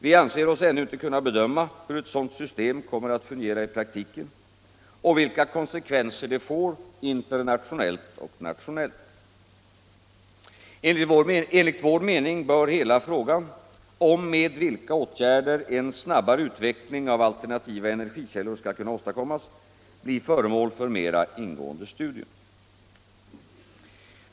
Vi anser oss ännu inte kunna bedöma hur ett sådant system kommer att fungera i praktiken och vilka konsekvenser det får, internationellt och nationellt. Enligt vår mening bör hela frågan om med vilka åtgärder en snabbare utveckling av alternativa energikällor skall kunna åstadkommas bli föremål för mera ingående studium.